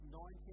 19